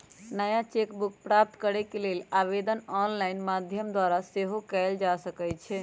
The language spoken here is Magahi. नया चेक बुक प्राप्त करेके लेल आवेदन ऑनलाइन माध्यम द्वारा सेहो कएल जा सकइ छै